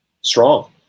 strong